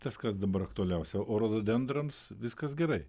tas kas dabar aktualiausia o rododendrams viskas gerai